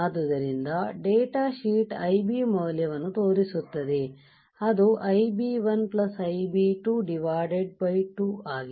ಆದ್ದರಿಂದ data sheet Ib ಮೌಲ್ಯವನ್ನು ತೋರಿಸುತ್ತದೆ ಅದು Ib1Ib22 ಆಗಿದೆ